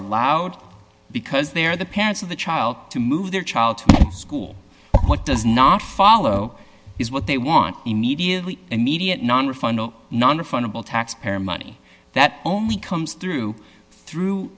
allowed because they are the parents of the child to move their child to school what does not follow is what they want immediately immediate nonrefundable nonrefundable taxpayer money that only comes through through